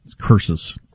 curses